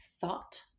thought